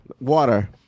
Water